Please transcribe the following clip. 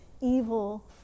evil